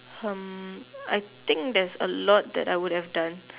um I think there's a lot that I would have done